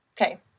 okay